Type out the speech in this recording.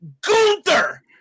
Gunther